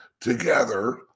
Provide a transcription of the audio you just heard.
together